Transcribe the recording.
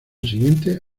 siguiente